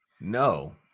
No